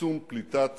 לצמצום פליטת